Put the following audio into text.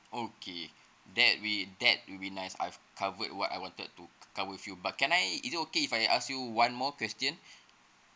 okay that we that will be nice I've covered what I wanted to covered with you but can I is it okay if I ask you one more question